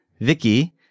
Vicky